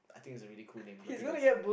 I think it's a really cool name Lapidas